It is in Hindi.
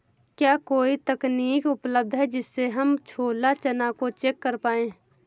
क्या कोई तकनीक उपलब्ध है जिससे हम छोला चना को चेक कर पाए?